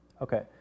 Okay